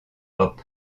hop